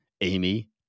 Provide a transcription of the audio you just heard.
Amy